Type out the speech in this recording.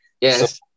Yes